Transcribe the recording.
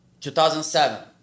2007